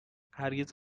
هرگز